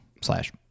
slash